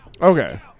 Okay